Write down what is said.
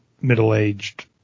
middle-aged